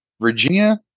Virginia